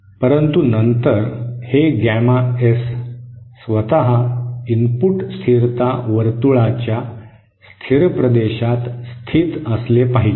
परंतु नंतर हे गॅमा एस स्वतः इनपुट स्थिरता वर्तुळाच्या स्थिर प्रदेशात स्थित असले पाहिजे